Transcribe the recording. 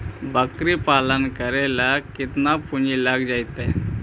बकरी पालन करे ल केतना पुंजी लग जितै?